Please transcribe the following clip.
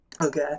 Okay